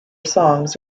songs